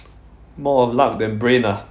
more of luck than brain ah